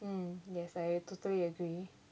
mm yes I totally agree